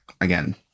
again